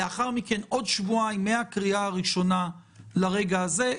לאחר מכן עוד שבועיים מהקריאה הראשונה לרגע הזה.